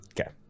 okay